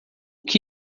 que